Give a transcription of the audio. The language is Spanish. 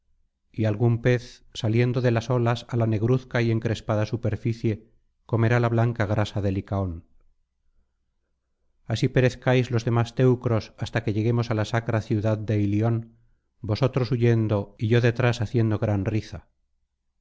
y algún pez saliendo de las olas á la negruzca y encrespada superficie comerá la blanca grasa de licaón así perezcáis los demás teucros hasta que lleguemos á la sacra ciudad de ilion vosotros huyendo y yo detrás haciendo gran riza